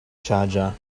charger